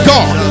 God